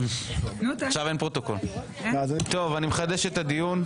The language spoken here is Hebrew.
אני מחדש את הדיון.